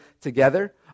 together